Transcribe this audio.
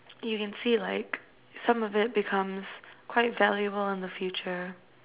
you can see like some of that becomes quite valuable in the future